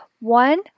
one